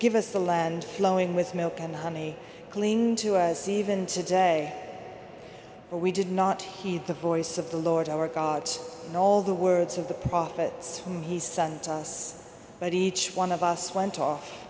give us the land flowing with milk and honey cling to us even today but we did not heed the voice of the lord our god and all the words of the profits from he sent us but each one of us went off